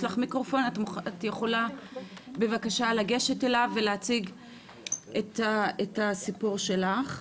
יש לך מיקרופון ואת יכולה בבקשה לגשת אליו ולהציג את הסיפור שלך.